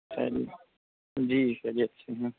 خیریت جی خیریت سے ہیں